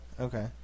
okay